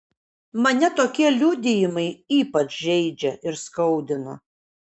mane tokie liudijimai ypač žeidžia ir skaudina